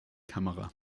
kamera